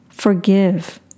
Forgive